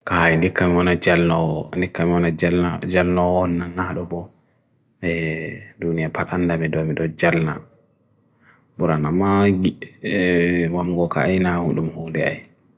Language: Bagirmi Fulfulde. kaha'i nikamana jalo'o, nikamana jalo'o nanan'a ropo. dunia patanda me doa me doa jalo'o. bura na magi mamgoka'i na hoodum hoodia'i.